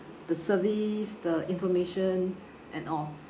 the service the information and all